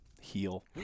heal